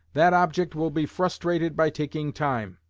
that object will be frustrated by taking time